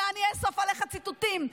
ואני אאסוף עליך ציטוטים,